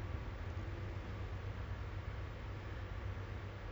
do a video call eh hi how um